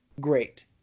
great